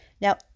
Now